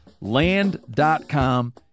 Land.com